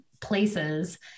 places